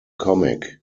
comic